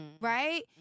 right